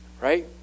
Right